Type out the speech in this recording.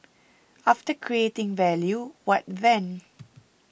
after creating value what then